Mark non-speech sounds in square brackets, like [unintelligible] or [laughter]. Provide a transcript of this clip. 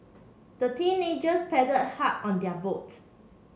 the teenagers [unintelligible] hard on their boat